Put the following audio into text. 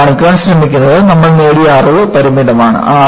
ഇവിടെ കാണിക്കാൻ ശ്രമിക്കുന്നത് നമ്മൾ നേടിയ അറിവ് പരിമിതമാണ്